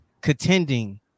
contending